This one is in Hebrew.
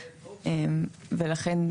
ולכן,